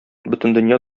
бөтендөнья